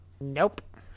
Nope